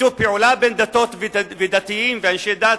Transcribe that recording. שיתוף פעולה בין דתות ודתיים ואנשי דת